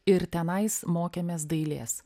ir tenais mokėmės dailės